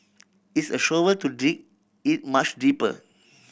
it's a shovel to dig it much deeper